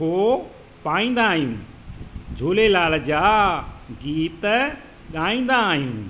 अखो पाईंदा आहियूं झूलेलाल जा गीत गाईंदा आहियूं